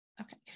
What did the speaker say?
Okay